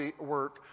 work